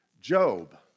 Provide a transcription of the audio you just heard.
Job